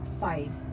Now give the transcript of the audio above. fight